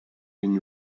been